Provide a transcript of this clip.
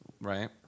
right